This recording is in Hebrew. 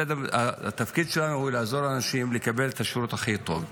כי התפקיד שלנו הוא לעזור לאנשים לקבל את השירות הכי טוב.